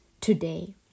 today